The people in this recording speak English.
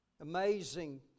Amazing